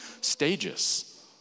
stages